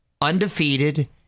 undefeated